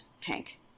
tank